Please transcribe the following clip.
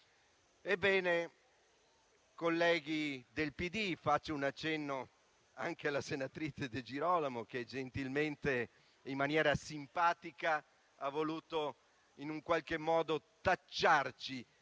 attendono. Colleghi del PD - e faccio un accenno anche alla senatrice De Girolamo, che gentilmente in maniera simpatica ha voluto in qualche modo tacciarci